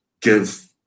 give